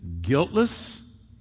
guiltless